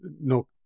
no